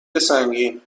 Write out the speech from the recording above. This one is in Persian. سنگین